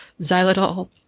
xylitol